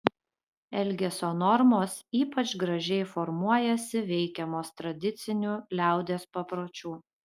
elgesio normos ypač gražiai formuojasi veikiamos tradicinių liaudies papročių